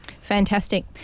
Fantastic